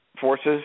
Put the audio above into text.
forces